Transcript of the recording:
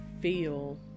feel